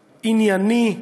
ענייני,